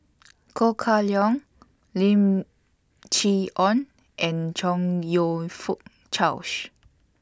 Ko Kah Leong Lim Chee Onn and Chong YOU Fook Charles